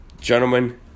gentlemen